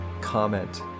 comment